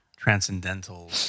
Transcendental